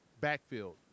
backfield